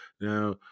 now